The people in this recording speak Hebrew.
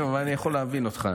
אבל אני יכול להבין אותך.